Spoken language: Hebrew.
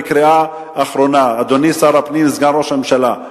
בקריאה אחרונה: אדוני שר הפנים וסגן ראש הממשלה,